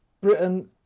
Britain